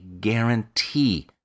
guarantee